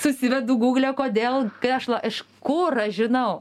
susivedu gugle kodėl tešla iš kur žinau